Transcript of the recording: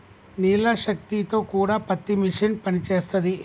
నీళ్ల శక్తి తో కూడా పత్తి మిషన్ పనిచేస్తది